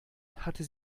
hatte